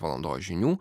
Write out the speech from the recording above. valandos žinių